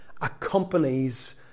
accompanies